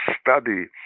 study